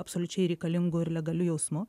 absoliučiai reikalingu ir legaliu jausmu